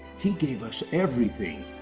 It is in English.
he gave us everything.